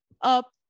Up